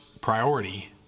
priority